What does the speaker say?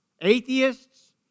Atheists